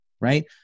right